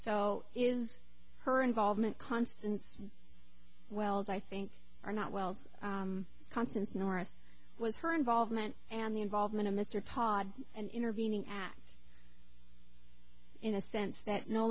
so is her involvement constance wells i think are not wells constance norris was her involvement and the involvement of mr pod and intervening at in a sense that no